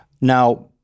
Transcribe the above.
now